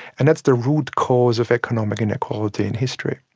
and that's the root cause of economic inequality in history.